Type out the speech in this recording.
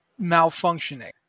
malfunctioning